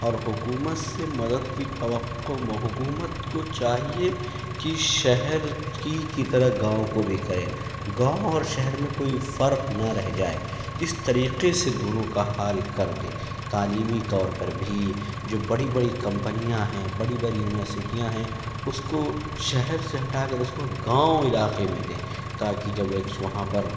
اور حکومت سے مدد کی توقع حکومت کو چاہیے کہ شہر کی طرح گاؤں کو بھی کرے گاؤں اور شہر میں کوئی فرق نہ رہ جائے اس طریقے سے دونوں کا حال کر دے تعلیمی طور پر بھی جو بڑی بڑی کمپنیاں ہیں بڑی بری یونیورسٹیاں ہیں اس کو شہر سے ہٹا کر اس کو گاؤں علاقے میں دیں تاکہ جب وہ ایک وہاں پر